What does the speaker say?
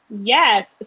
yes